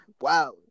Wow